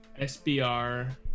SBR